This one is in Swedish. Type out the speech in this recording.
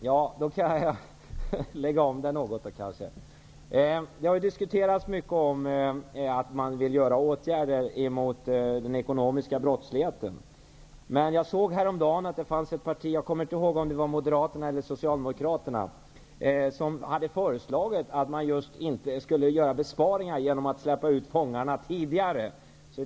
Herr talman! Man har haft många diskussioner om att man vill vidta åtgärder mot den ekonomiska brottsligheten. Men jag såg häromdagen att det fanns ett parti -- jag kommer inte ihåg om det var Moderaterna eller Socialdemokraterna -- som hade föreslagit att man inte skulle göra besparingar genom att släppa ut fångarna tidigare.